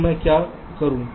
तो मैं क्या करूं